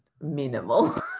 minimal